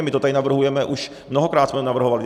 My to tady navrhujeme, už mnohokrát jsme to navrhovali.